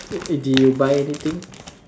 did you buy anything